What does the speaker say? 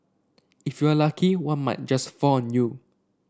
if you're lucky one might just fall on you